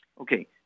Okay